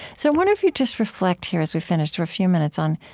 so wonder if you just reflect here, as we finish, for a few minutes on,